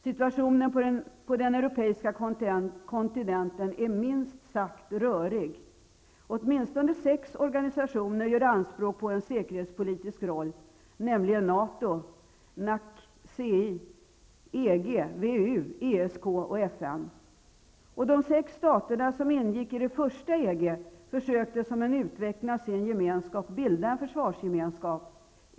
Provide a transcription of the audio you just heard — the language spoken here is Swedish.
Situationen på den europeiska kontinenten är minst sagt rörig. Åtminstone sex organisationer gör anspråk på en säkerhetspolitisk roll, nämligen De sex staterna som ingick i det första EG försökte som en utveckling av sin gemenskap bilda en försvarsgemenskap.